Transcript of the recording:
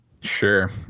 Sure